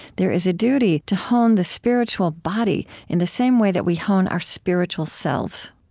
there is a duty to hone the spiritual body in the same way that we hone our spiritual selves.